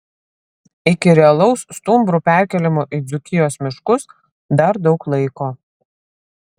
iki realaus stumbrų perkėlimo į dzūkijos miškus dar daug laiko